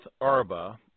Arba